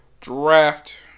draft